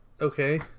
Okay